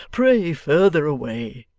pray further away